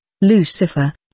Lucifer